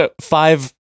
five